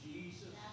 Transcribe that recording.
Jesus